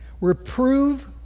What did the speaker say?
reprove